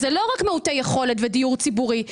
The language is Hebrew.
זה לא רק מעוטי יכולת ודיור ציבורי,